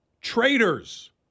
Traitors